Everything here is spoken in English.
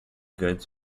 goods